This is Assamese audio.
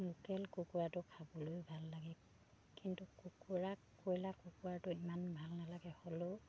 লোকেল কুকুৰাটো খাবলৈ ভাল লাগে কিন্তু কুকুৰা কইলা কুকুৰাটো ইমান ভাল নালাগে হ'লেও